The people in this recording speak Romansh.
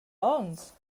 onns